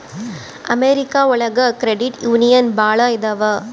America ಒಳಗ credit union ಭಾಳ ಇದಾವ